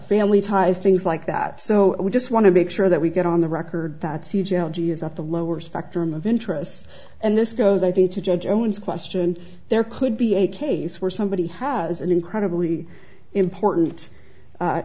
family ties things like that so we just want to make sure that we get on the record that see jail he is at the lower spectrum of interests and this goes i think to joe jones question there could be a case where somebody has an incredibly important